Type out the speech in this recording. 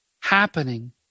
happening